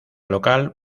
local